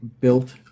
built